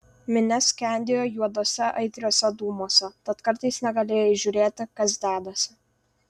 minia skendėjo juoduose aitriuose dūmuose tad kartais negalėjai įžiūrėti kas dedasi